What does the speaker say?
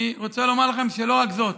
אני רוצה לומר לכם שלא רק זאת.